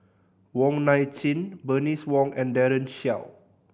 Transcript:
Wong Nai Chin Bernice Wong and Daren Shiau